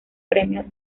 premio